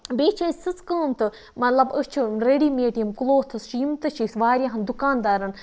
بیٚیہِ چھِ أسۍ سٕژٕ کٲم تہٕ مطلب أسۍ چھِ رٔڈی میڈ یِم کٕلوتھٕز چھِ یِم تہٕ چھِ أسۍ واریاہَن دُکاندارَن